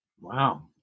Wow